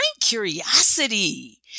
curiosity